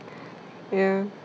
ya